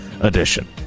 Edition